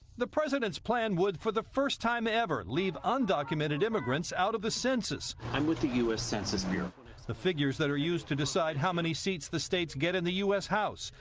the president's plan would for the first time ever leave undocumented immigrants out of the census. i'm with the u s. census bureau. reporter the figures that are used to decide how many seats the states get in the u s. house,